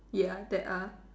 ya that are